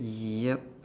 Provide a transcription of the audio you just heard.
yup